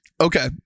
okay